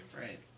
right